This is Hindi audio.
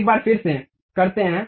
एक बार फिर से करते हैं